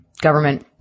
government